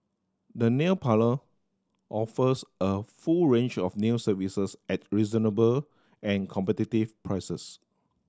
the nail parlour offers a full range of nail services at reasonable and competitive prices